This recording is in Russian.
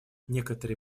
некоторые